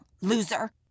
loser